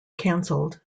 cancelled